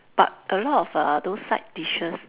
but a lot of uh those side dishes